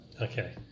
Okay